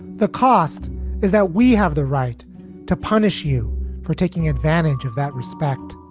the cost is that we have the right to punish you for taking advantage of that respect